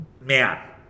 man